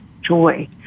joy